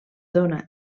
dóna